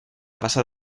pasar